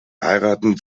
heiraten